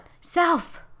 self